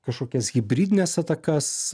kažkokias hibridines atakas